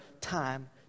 time